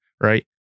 right